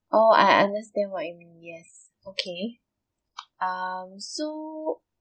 oh I understand what you mean yes okay um so